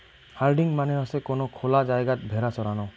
herding মানে হসে কোন খোলা জায়গাত ভেড়া চরানো